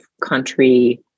country